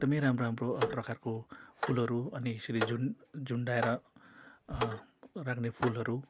एकदमै राम्रो राम्रो प्रकारको फुलहरू अनि यसरी झुन् झुन्डाएर राख्ने फुलहरू